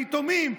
היתומים,